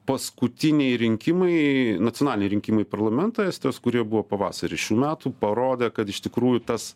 paskutiniai rinkimai nacionaliniai rinkimai į parlamentą estijos kurie buvo pavasarį šių metų parodė kad iš tikrųjų tas